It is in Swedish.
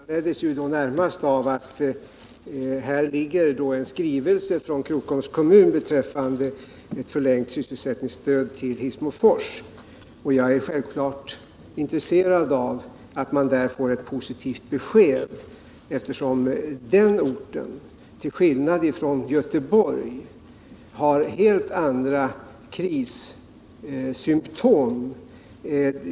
Herr talman! Min fråga om folkpartiet föranleddes närmast av att det föreligger en skrivelse från Krokoms kommun beträffande ett förlängt sysselsättningsstöd till Hissmofors. Jag är självfallet intresserad av att man där får ett positivt besked, eftersom den orten, till skillnad från Göteborg, har helt andra problem på arbetsmarknaden.